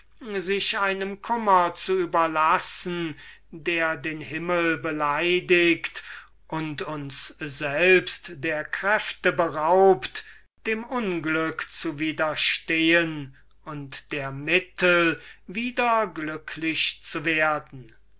sich einem kummer zu überlassen der den himmel beleidigt und uns selbst der kräfte beraubt dem unglück zu widerstehen und der mittel wieder glücklich zu werden